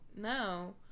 No